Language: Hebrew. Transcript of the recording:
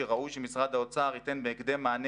זה שראוי שמשרד האוצר ייתן בהקדם מענה